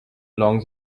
along